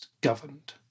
governed